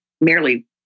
merely